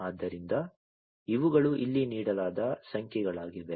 ಆದ್ದರಿಂದ ಇವುಗಳು ಇಲ್ಲಿ ನೀಡಲಾದ ಸಂಖ್ಯೆಗಳಾಗಿವೆ